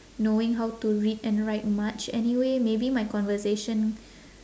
knowing how to read and write much anyway maybe my conversation